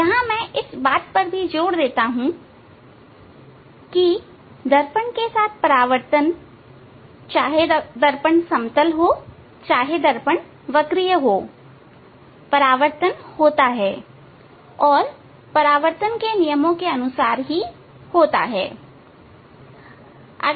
यहां मैं इस बात पर भी जोर देता हूं कि दर्पण से परावर्तन चाहे यह समतल दर्पण हो चाहे वक्रीय दर्पण हो परावर्तन होता है और परावर्तन के नियमों के अनुसार होता है